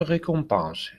récompense